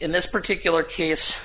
in this particular case